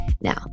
Now